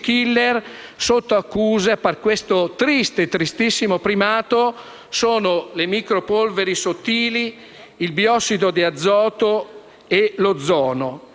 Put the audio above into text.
*killer* sotto accusa, per questo tristissimo primato: le micropolveri sottili, il biossido di azoto e l'ozono.